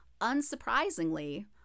Unsurprisingly